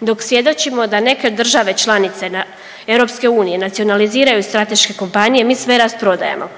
dok svjedočimo da neke države članice EU nacionaliziraju strateške kompanije mi sve rasprodajemo,